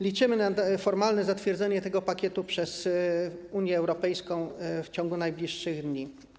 Liczymy na formalne zatwierdzenie tego pakietu przez Unię Europejską w ciągu najbliższych dni.